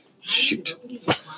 Shoot